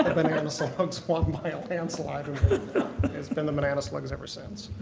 banana slugs won by a landslide and it's been the banana slugs ever since.